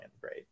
great